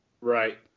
Right